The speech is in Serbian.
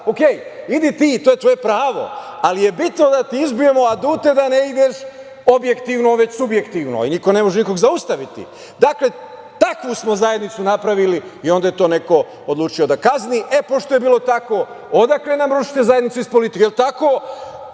redu, idi ti, to je tvoje pravo, ali je bitno da ti izbijemo adute da ne ideš objektivno, već subjektivno. Niko ne može nikoga zaustaviti. Dakle, takvu smo zajednicu napravili i onda je to neko odlučio da kazni. E, pošto je bilo tako, odakle nam rušite zajednicu? Iz politike. Je li tako?